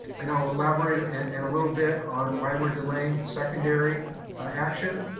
and i'll elaborate in a little bit on why we're delaying the secondary ah action.